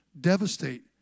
devastate